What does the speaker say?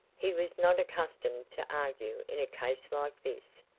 he was not accustomed to argue in a case like this,